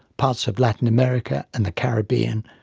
parts of latin america and the caribbean,